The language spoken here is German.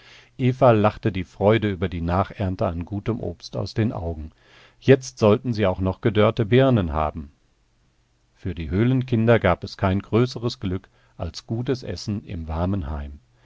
eva lachte die freude über die nachernte an gutem obst aus den augen jetzt sollten sie auch noch gedörrte birnen haben für die höhlenkinder gab es kein größeres glück als gutes essen im warmen heim